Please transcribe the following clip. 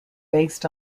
based